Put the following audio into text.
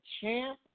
champ